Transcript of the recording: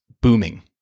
booming